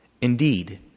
Indeed